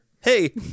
Hey